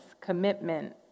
commitment